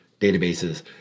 databases